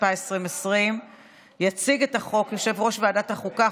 התשפ"א 2020. יציג את ההצעה יושב-ראש ועדת החוקה,